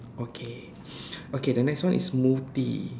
okay okay the next one is smoothie